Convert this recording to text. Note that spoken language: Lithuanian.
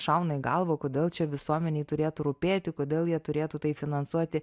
šauna į galvą kodėl čia visuomenei turėtų rūpėti kodėl jie turėtų tai finansuoti